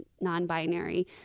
non-binary